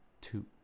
two